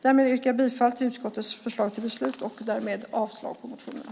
Därmed yrkar jag bifall till utskottets förslag till beslut och avslag på motionerna.